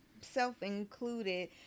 self-included